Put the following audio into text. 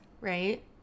right